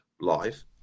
live